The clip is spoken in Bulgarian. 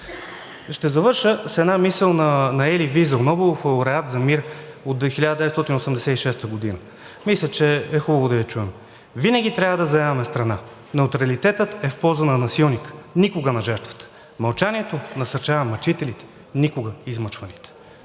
Ще завърша с една мисъл на Ели Визел – нобелов лауреат за мир от 1986 г. Мисля, че е хубаво да я чуем: „Винаги трябва да заемаме страна. Неутралитетът е в полза на насилника, никога на жертвата. Мълчанието насърчава мъчителите, никога измъчваните.“